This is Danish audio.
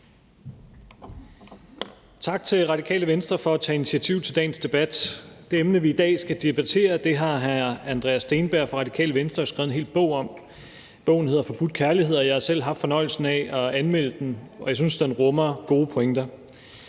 Tak til Radikale Venstre for at tage initiativ til dagens debat. Det emne, vi i dag skal debattere, har hr. Andreas Steenberg fra Radikale Venstre skrevet en hel bog om. Bogen hedder »Forbudt kærlighed«, og jeg har selv haft fornøjelsen af at anmelde den, og jeg synes, den rummer gode pointer.